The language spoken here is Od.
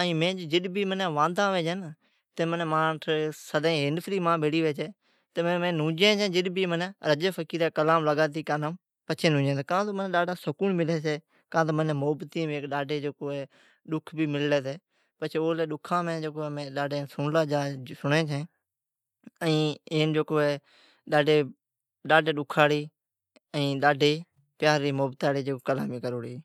ائین جڈبی میں واندا ھویں چھیں سدائن ھینڈ فری ماں بیڑی ھوی چھی۔ میں نونجھیں چھین رجب فقیرا جا کلام لگاتی نونجھین چھین۔ منی ڈاڈھا سکون ملی چھی۔ منیں محبتیم ڈاڈھی ڈکھ بھی مللی ھتی۔ ڈکھام سنڑیں چھیں۔ ڈاڈھی ڈکھاڑی پیار محبتی جی کلام کروڑی